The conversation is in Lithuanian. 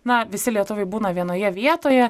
na visi lietuviai būna vienoje vietoje